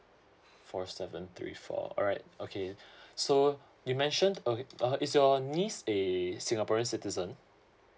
four seven three four alright okay so you mentioned okay uh is your niece a singaporean citizen